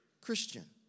Christian